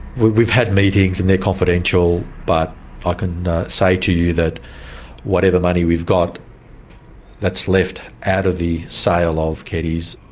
we've we've had meetings and they're confidential, but i can say to you that whatever money we've got that's left out of the sale of keddies,